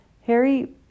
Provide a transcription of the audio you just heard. Harry